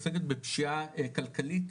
עוסקת בפשיעה כלכלית,